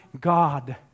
God